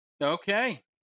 Okay